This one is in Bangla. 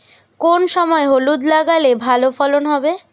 কোন সময় হলুদ লাগালে ভালো ফলন হবে?